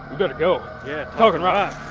better go yeah, talking rock!